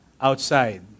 outside